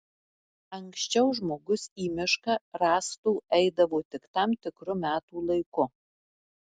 anksčiau žmogus į mišką rąstų eidavo tik tam tikru metų laiku